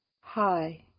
hi